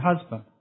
husband